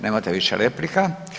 Nemate više replika.